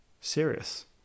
Serious